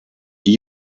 die